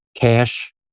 Cash